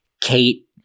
Kate